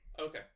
Okay